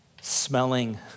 smelling